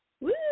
Woo